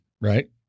right